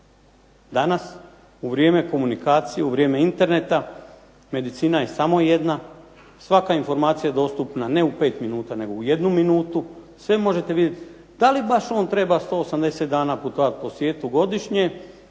Danas u vrijeme komunikacije u vrijeme interneta medicina je samo jedna, svaka je informacija dostupna ne u 5 minuta, nego u jednu minutu. Sve možete vidjeti. Da li baš on treba 180 dana putovati po svijetu godišnje.